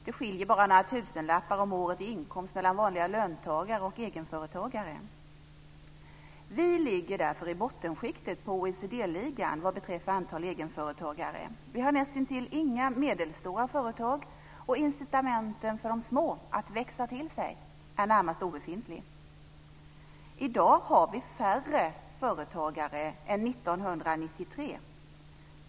Det skiljer bara några tusenlappar om året i inkomst mellan vanliga löntagare och egenföretagare. Vi ligger därför i bottenskiktet på OECD-ligan vad beträffar antalet egenföretagare. Vi har näst intill inga medelstora företag, och incitamenten för de små att växa till sig är närmast obefintliga. I dag har vi färre företagare än 1993.